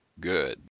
good